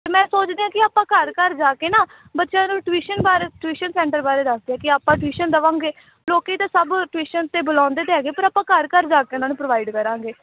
ਅਤੇ ਮੈਂ ਸੋਚਦੀ ਹਾਂ ਕਿ ਆਪਾਂ ਘਰ ਘਰ ਜਾ ਕੇ ਨਾ ਬੱਚਿਆਂ ਨੂੰ ਟਿਊਸ਼ਨ ਬਾਰੇ ਟਿਊਸ਼ਨ ਸੈਂਟਰ ਬਾਰੇ ਦੱਸਦੇ ਕਿ ਆਪਾਂ ਟਿਊਸ਼ਨ ਦੇਵਾਂਗੇ ਲੋਕੀ ਤਾਂ ਸਭ ਟਿਊਸ਼ਨ 'ਤੇ ਬੁਲਾਉਂਦੇ ਤਾਂ ਹੈਗੇ ਪਰ ਆਪਾਂ ਘਰ ਘਰ ਜਾ ਕੇ ਉਹਨਾਂ ਨੂੰ ਪ੍ਰੋਵਾਈਡ ਕਰਾਂਗੇ